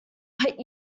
but